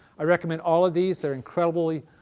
i recommend all of these, they are incredibly